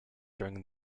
during